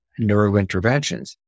neurointerventions